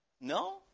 No